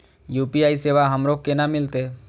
UPI सेवा हमरो केना मिलते?